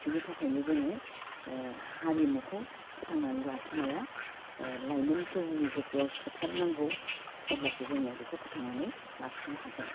बिनि थाखायनो जोङो हारिमुखौ फोथांनानै लाखिनाया लाइमोनफोरनि गोसोआव सोथारनांगौ अब्लासो जोङो बेखौ फोथांनानै लाखिनो हागोन